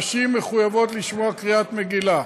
נשים מחויבות לשמוע קריאת מגילה.